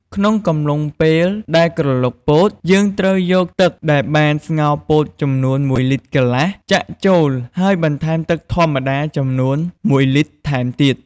ក្នុងកំឡុងពេលដែលក្រឡុកពោតយើងត្រូវយកទឹកដែលបានស្ងោរពោតចំនួន ១លីត្រកន្លះចាក់ចូល ហើយបន្ថែមទឹកធម្មតាចំនួន១លីត្រថែមទៀត។